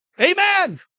Amen